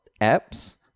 apps